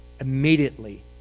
immediately